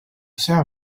seva